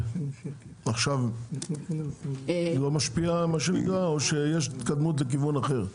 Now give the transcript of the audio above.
עכשיו היא לא משפיעה או שיש התקדמות לכיוון אחר?